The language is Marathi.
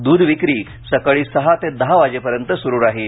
द्रध विक्री सकाळी सहा ते दहा वाजेपर्यंत सुरू राहील